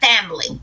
family